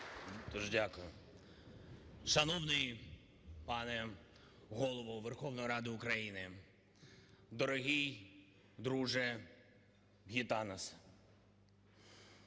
дякую. Шановний пане Голово Верховної Ради України, дорогий друже Гітанас,